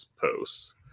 posts